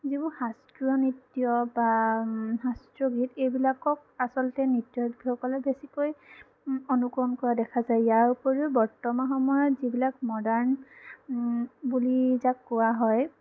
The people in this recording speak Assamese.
যিবোৰ শাস্ত্ৰীয় নৃত্য বা শাস্ত্ৰীয় গীত এইবিলাকক আচলতে নৃত্য শিল্পীসকলে বেছিকৈ অনুকৰণ কৰা দেখা যায় ইয়াৰ উপৰিও বৰ্তমান সময়ত যিবিলাক মডাৰ্ন বুলি যাক কোৱা হয়